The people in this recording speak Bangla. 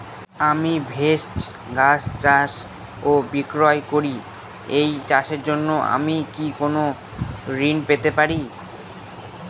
আমি ভেষজ গাছ চাষ ও বিক্রয় করি এই চাষের জন্য আমি কি কোন ঋণ পেতে পারি?